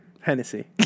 Hennessy